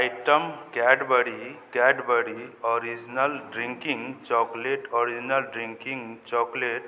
item Cadbury Cadbury original drinking chocolate original drinking chocolate